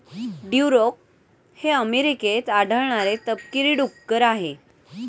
Duroc हे अमेरिकेत आढळणारे तपकिरी डुक्कर आहे